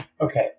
Okay